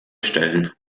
stellen